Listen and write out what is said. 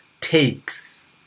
takes